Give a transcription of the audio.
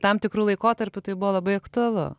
tam tikru laikotarpiu tai buvo labai aktualu